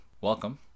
welcome